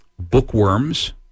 bookworms